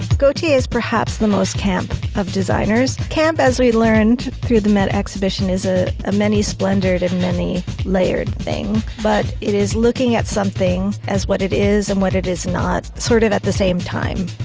gaultier's perhaps the most camp of designers. camp as we learned through the mid exhibition is a ah many splendored and many layered thing. but it is looking at something as what it is and what it is not, sort of at the same time.